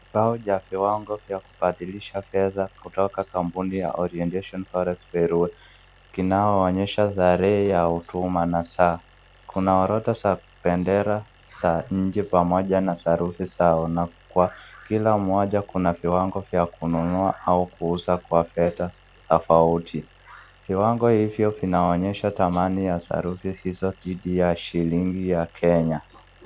Bao cha afya viwango vya kubadilisha fedha kutoka kampuni ya Orientation Forex Bureau kinaonyesha tarehee ya utuma na saa. Kuna orodha za bendera, za nje pamoja na sarafu zao na kwa kila mmoja kuna viwango vya kununua au kuuza kwa fedha tofauti. Viwango hivi vinaonyesha thamani ya sarafu hizo dhidi ya shilingi ya Kenya.